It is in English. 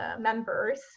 members